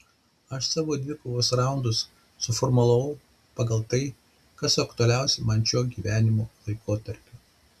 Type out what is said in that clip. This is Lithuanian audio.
aš savo dvikovos raundus suformulavau pagal tai kas aktualiausia man šiuo gyvenimo laikotarpiu